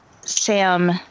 Sam